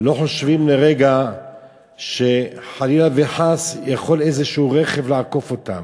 לא חושבים לרגע שחלילה וחס יכול איזשהו רכב לעקוף אותם,